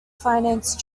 finance